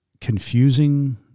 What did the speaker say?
confusing